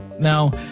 Now